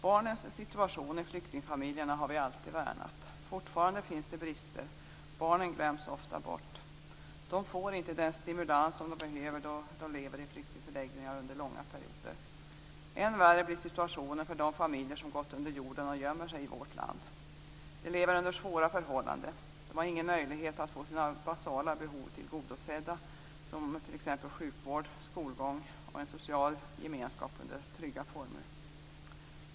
Barnens situation i flyktingfamiljerna har vi alltid värnat. Fortfarande finns det brister. Barnen glöms ofta bort. De får inte den stimulans som de behöver då de lever i flyktingförläggningar under långa perioder. Än värre blir situationen för de familjer som har gått under jorden och gömmer sig i vårt land. De lever under svåra förhållanden. De har ingen möjlighet att få sina basala behov tillgodosedda som t.ex. sjukvård, skolgång och en social gemenskap under trygga former.